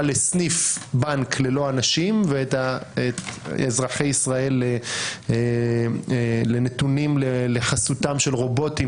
לסניף בנק ללא אנשים ואת אזרחי ישראל לנתונים לחסותם של רובוטים